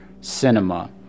cinema